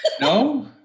no